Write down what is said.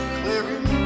clearing